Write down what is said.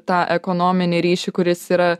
tą ekonominį ryšį kuris yra